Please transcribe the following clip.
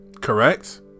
correct